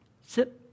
sit